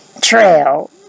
trail